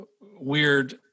weird